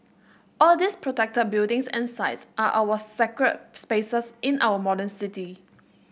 all these protected buildings and sites are our sacred spaces in our modern city